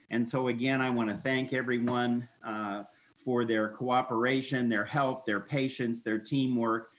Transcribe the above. and so again, i wanna thank everyone for their cooperation, their help, their patience, their teamwork,